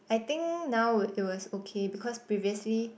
I think now it it was okay because previously